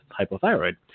hypothyroid